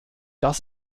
das